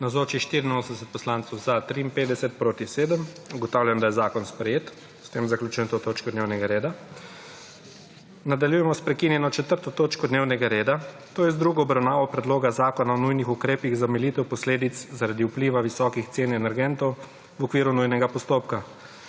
7. (Za je glasovalo 53.)(Proti 7.) Ugotavljam, da je zakon sprejet. S tem zaključujem to točko dnevnega reda. Nadaljujemo s prekinjeno **4. točko dnevnega reda, to je z drugo obravnavo predloga Zakona o nujnih ukrepih za omilitev posledic zaradi vpliva visokih cen energentov** v okviru nujnega postopka.